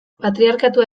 patriarkatua